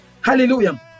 hallelujah